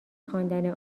خواندن